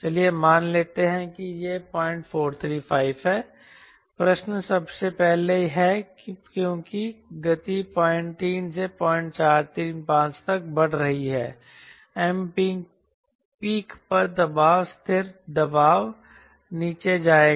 चलिए मान लेते हैं कि यह 0435 है प्रश्न सबसे पहले है क्योंकि गति 03 से 0435 तक बढ़ रही है Mpeak पर दबाव स्थिर दबाव नीचे जाएगा